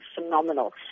phenomenal